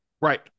Right